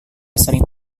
sering